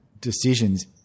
decisions